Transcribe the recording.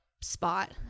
spot